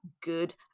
good